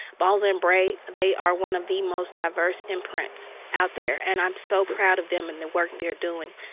balzer and bray, they are one of the most diverse imprints out there. and i'm so proud of them and the work they're doing.